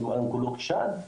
אונקולוג שד,